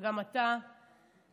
שגם אתה מליבך,